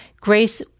Grace